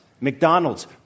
McDonald's